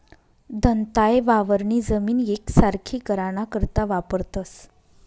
दंताये वावरनी जमीन येकसारखी कराना करता वापरतंस